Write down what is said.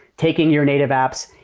taking your native apps,